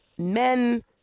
Men